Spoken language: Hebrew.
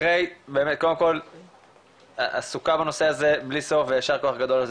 קודם כל עסוקה בנושא הזה בלי סוף ויישר כוח גדול על זה